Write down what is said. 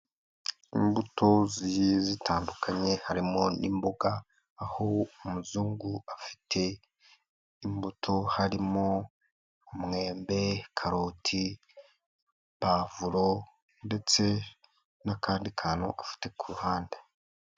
Imbuto zitandukanye harimo n'imboga, aho umuzungu afite imbuto harimo umwembe, karotipavuro ndetse n'akandi kantu ufite ku ruhande.